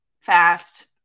fast